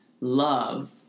love